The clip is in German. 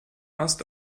ast